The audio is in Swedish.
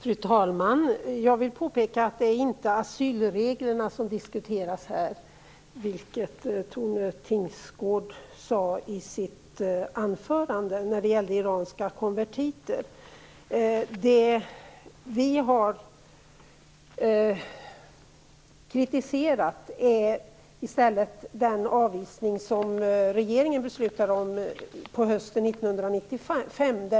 Fru talman! Jag vill påpeka att det inte är asylreglerna som diskuteras här, vilket Tone Tingsgård sade i sitt anförande när det gällde iranska konvertiter. Det vi har kritiserat är den avvisning som regeringen beslutade om hösten 1995.